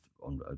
on